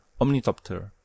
Omnitopter